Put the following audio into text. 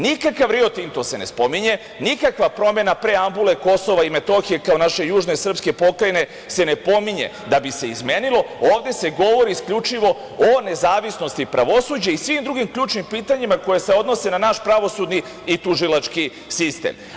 Nikakav Rio Tinto se ne spominje, nikakav promena preambule Kosova i Metohije kao naše južne srpske pokrajine se ne pominje da bi se izmenilo, ovde se govori isključivo o nezavisnosti pravosuđa i svim drugim ključnim pitanjima koje se odnose na naš pravosudni i tužilački sistem.